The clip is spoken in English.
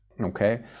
Okay